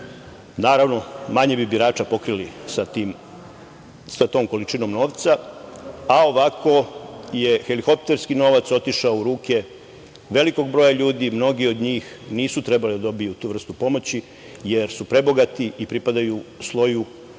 Naravno, manje bi birača pokrili sa tom količinom novca. Ovako je helikopterski novac otišao u ruke velikog broja ljudi, a mnogi od njih nisu trebali da dobiju tu vrstu pomoći jer su prebogati i pripadaju sloju